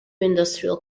industrial